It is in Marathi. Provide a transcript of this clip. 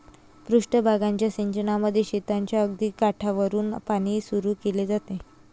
पृष्ठ भागाच्या सिंचनामध्ये शेताच्या अगदी काठावरुन पाणी सुरू केले जाते